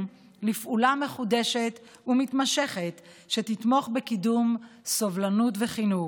לפעולה מחודשת ומתמשכת שתתמוך בקידום סובלנות וחינוך.